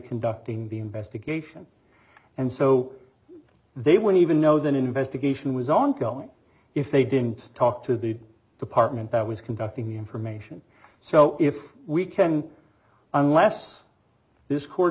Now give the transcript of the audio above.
conducting the investigation and so they weren't even know that investigation was ongoing if they didn't talk to the department that was conducting the information so if we can unless this court